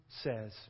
says